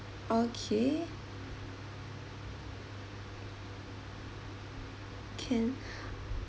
okay can